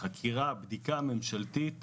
בדיקה ממשלתית